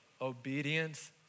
obedience